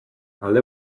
alde